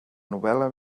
novel·la